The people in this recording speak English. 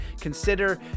consider